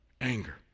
anger